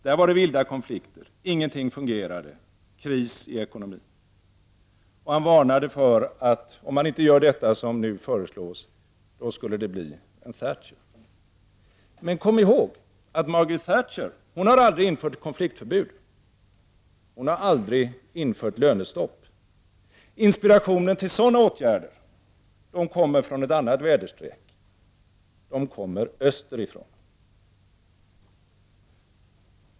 Där var det vilda konflikter. Ingenting fungerade. Det var kris i ekonomin. Han varnade för att det skulle komma en Thatcher om man inte gjorde detta som nu föreslås. Men kom ihåg att Margaret Thatcher aldrig har infört konfliktförbud, aldrig har infört lönestopp! Inspirationen till sådana åtgärder kommer från ett annat väderstreck — den kommer österifrån.